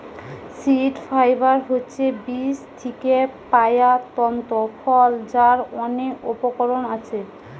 seed fibre হচ্ছে বীজ থিকে পায়া তন্তু ফল যার অনেক উপকরণ আছে